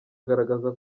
agaragaza